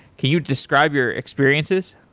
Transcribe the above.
can you describe your experiences?